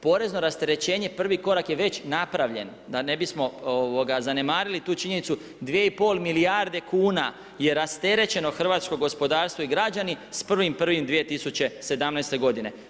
Porezno rasterećenje prvi korak je već napravljen da ne bismo zanemarili tu činjenicu 2,5 milijarde kuna je rasterećeno hrvatsko gospodarstvo i građani sa 1.1.2017. godine.